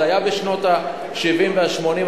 זה היה בשנות ה-70 וה-80.